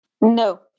No